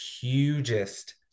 hugest